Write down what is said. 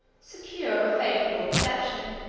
secure of a favorable reception,